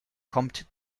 kommt